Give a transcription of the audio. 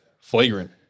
flagrant